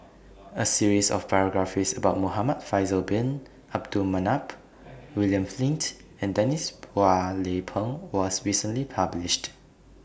A series of biographies about Muhamad Faisal Bin Abdul Manap William Flint and Denise Phua Lay Peng was recently published